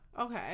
Okay